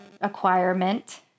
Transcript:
acquirement